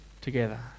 together